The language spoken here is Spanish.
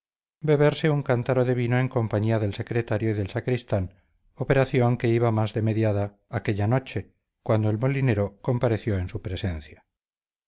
beberse un cántaro de vino en compañía del secretario y del sacristán operación que iba más de mediada aquella noche cuando el molinero compareció en su presencia